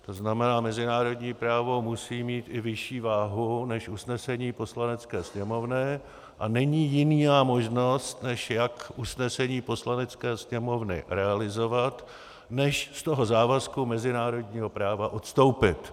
To znamená, mezinárodní právo musí mít i vyšší váhu než usnesení Poslanecké sněmovny a není jiná možnost, jak usnesení Poslanecké sněmovny realizovat, než z toho závazku mezinárodního práva odstoupit.